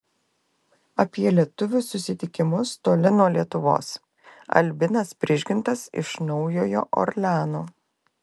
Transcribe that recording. apie lietuvių susitikimus toli nuo lietuvos albinas prižgintas iš naujojo orleano